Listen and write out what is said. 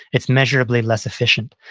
it's measurably less efficient.